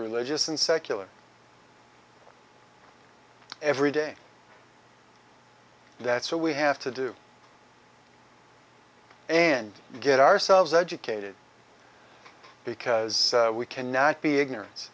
religious and secular every day that's all we have to do and get ourselves educated because we cannot be ignoran